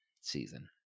season